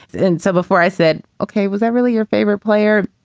and so before i said, ok, was i really your favorite player?